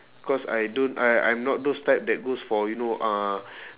cause I don't I I'm not those type that goes for you know uh